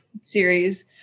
series